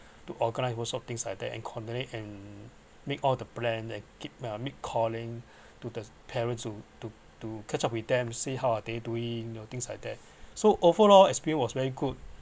to organise workshop things like that and coordinate and make all the plan and keep uh make calling to the parents to to to catch up with them see how are they doing you know things like that so overall experience was very good